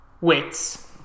wits